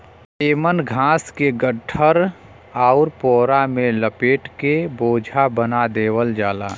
एमन घास के गट्ठर आउर पोरा में लपेट के बोझा बना देवल जाला